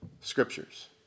scriptures